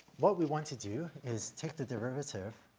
what we want to do is take the derivative